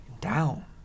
down